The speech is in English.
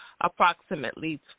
approximately